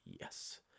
yes